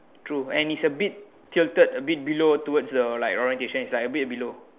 true and it's a bit tilted a bit below towards the orientation is like a bit below